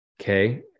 okay